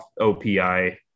OPI